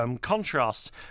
contrasts